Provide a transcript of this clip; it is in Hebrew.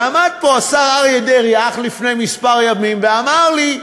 עמד פה השר אריה דרעי אך לפני כמה ימים ואמר לי: